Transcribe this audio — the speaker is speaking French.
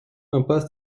impasse